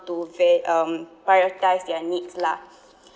to where um prioritise their needs lah